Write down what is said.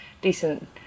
decent